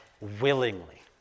willingly